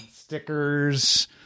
stickers